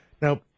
Now